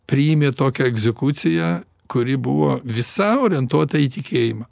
priimė tokią egzekuciją kuri buvo visa orientuota į tikėjimą